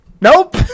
Nope